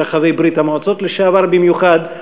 ברחבי ברית-המועצות לשעבר במיוחד.